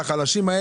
לחלשים.